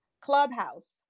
Clubhouse